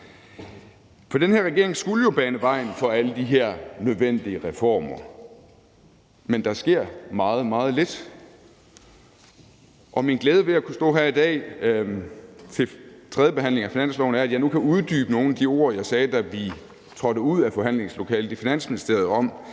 Den her regering skulle jo bane vejen for alle de her nødvendige reformer, men der sker meget, meget lidt, og min glæde ved at kunne stå her i dag ved tredjebehandlingen af finansloven er, at jeg nu kan uddybe nogle af de ord, jeg sagde, da vi trådte ud af forhandlingslokalet i Finansministeriet, om,